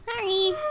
Sorry